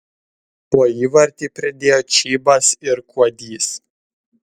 po įvartį pridėjo čybas ir kuodys